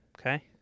Okay